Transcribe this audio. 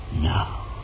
Now